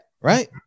right